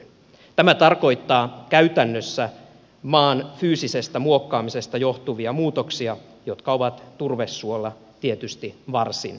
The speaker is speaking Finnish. tämä tarkoittaa käytännössä maan fyysisestä muokkaamisesta johtuvia muutoksia jotka ovat turvesuolla tietysti varsin mittavat